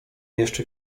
jeszcze